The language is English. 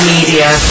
Media